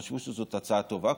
חשבו שזאת הצעה טובה,